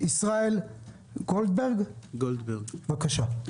ישראל גולדברג, בבקשה.